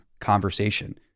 conversation